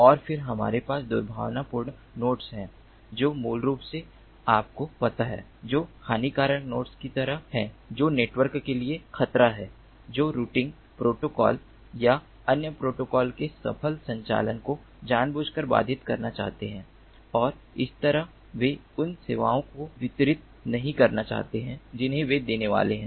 और फिर हमारे पास दुर्भावनापूर्ण नोड्स हैं जो मूल रूप से आपको पता हैं जो हानिकारक नोड्स की तरह हैं जो नेटवर्क के लिए खतरा हैं जो राउटिंग प्रोटोकॉल या अन्य प्रोटोकॉल के सफल संचालन को जानबूझकर बाधित करना चाहते हैं और इस तरह वे उन सेवाओं को वितरित नहीं करना चाहते हैं जिन्हें वे देने वाले हैं